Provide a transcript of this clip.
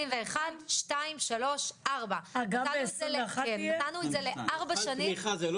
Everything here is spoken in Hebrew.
2021, 2022, 2023, 2024. נתנו את זה לארבע שנים.